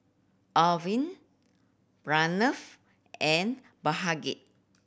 Arvind Pranav and Bhagat